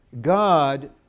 God